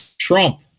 Trump